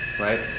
Right